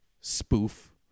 spoof